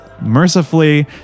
Mercifully